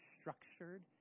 structured